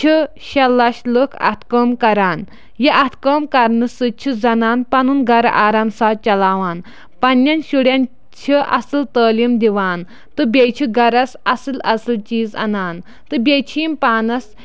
چھِ شیےٚ لَچھ لُکھ اَتھٕ کٲم کَران یہِ اَتھ کٲم کَرنہٕ سۭتۍ چھِ زَنان پَنُن گَرٕ آرام سات چَلاوان پنٕنٮ۪ن شُرٮ۪ن چھِ اَصٕل تٲلیٖم دِوان تہٕ بیٚیہِ چھِ گَرَس اَصٕل اَصٕل چیٖز اَنان تہٕ بیٚیہِ چھِ یِم پانَس